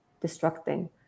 destructing